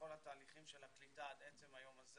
בכל התהליכים של הקליטה עד עצם היום הזה